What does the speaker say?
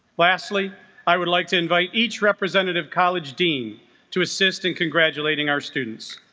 lastly i would like to invite each representative college dean to assist in congratulating our students